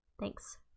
Thanks